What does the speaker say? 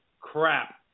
crap